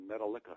Metallica